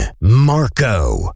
Marco